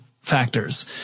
factors